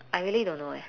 I really don't know leh